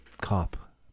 cop